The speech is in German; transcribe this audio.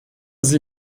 sie